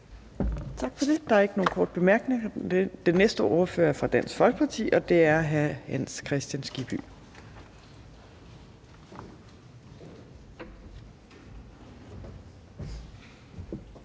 Tak for det. Der er ikke nogen korte bemærkninger. Den næste ordfører er fra Dansk Folkeparti, og det er hr. Hans Kristian Skibby.